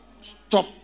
stop